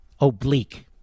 oblique